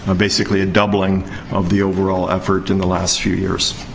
ah basically, a doubling of the overall effort in the last few years.